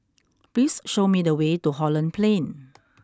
please show me the way to Holland Plain